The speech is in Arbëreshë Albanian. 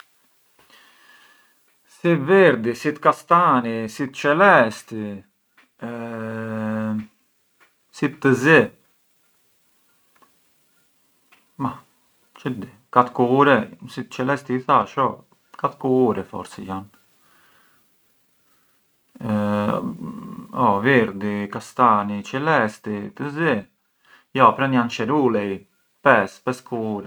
Sytë virdi, sytë castani, sytë celesti, sytë të zi, çë di, katër kulure? Celesti i thash? Oh, katër kulure forsi jan. Oh virdi, castani, celesti, të zi, jo pran jan cerulei, pes, pes kulure.